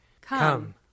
Come